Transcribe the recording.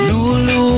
Lulu